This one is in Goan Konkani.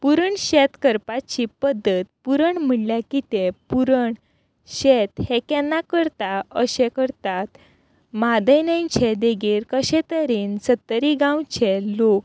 पुरण शेत करपाची पद्दत पुरण म्हणल्यार कितें पुरण शेत हें केन्ना करता अशें करतात म्हादय न्हंयचे देगेर कशे तरेन सत्तरी गांवचे लोक